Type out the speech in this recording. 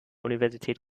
universität